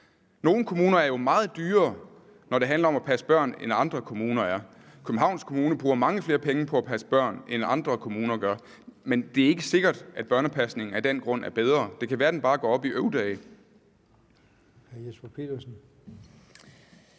Nogle kommuner er jo meget dyrere, når det handler om at passe børn, end andre kommuner er. Københavns Kommune bruger mange flere penge på at passe børn, end andre kommuner gør, men det er ikke sikkert, at børnepasningen af den grund er bedre. Det kan være, den bare går op i øv-dage.